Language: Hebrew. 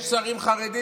יש שרים חרדים,